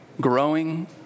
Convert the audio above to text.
growing